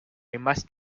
must